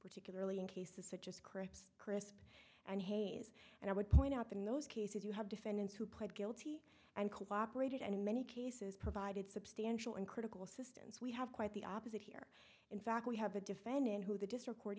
particularly in cases such as crips chris and hayes and i would point out that in those cases you have defendants who pled guilty and cooperated and in many cases provided substantial and critical systems we have quite the opposite here in fact we have a defendant who the district court